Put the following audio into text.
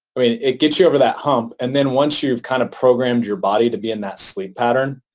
i mean it gets you over that hump and then once you've kind of programmed your body to be in that sleep pattern,